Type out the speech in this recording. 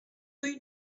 rue